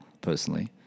personally